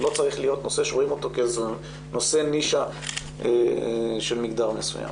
זה לא צריך להיות נושא שרואים אותו כאיזה נושא נישה של מגדר מסוים.